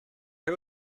who